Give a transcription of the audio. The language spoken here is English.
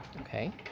Okay